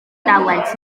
dalent